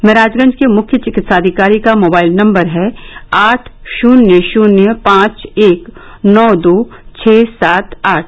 महराजगंज के मुख्य चिकित्साधिकारी का मोबाइल नम्बर है आठ शून्य शून्य पांच एक नौ दो छः सात आठ